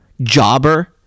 jobber